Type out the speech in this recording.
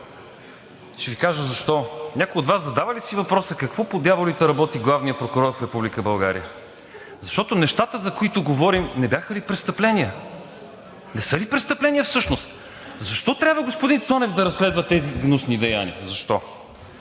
Ще Ви кажа защо. Някой от Вас задава ли си въпроса: какво по дяволите работи главният прокурор в Република България? Защото нещата, за които говорим, не бяха ли престъпления? Не са ли престъпления всъщност? Защо трябва господин Цонев да разследва тези гнусни деяния? Защо?